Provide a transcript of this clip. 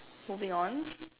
moving on